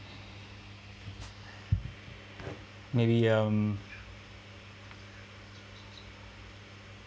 maybe um